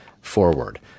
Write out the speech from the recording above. forward